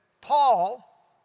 Paul